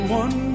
one